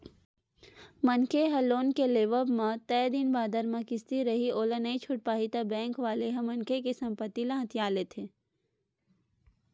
मनखे ह लोन के लेवब म तय दिन बादर म किस्ती रइही ओला नइ छूट पाही ता बेंक वाले ह मनखे के संपत्ति ल हथिया लेथे